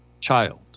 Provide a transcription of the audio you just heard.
child